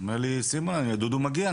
הוא אומר לי סימון, דודו מגיע.